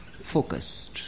focused